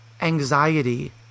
anxiety